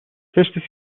کشت